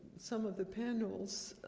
some of the panels,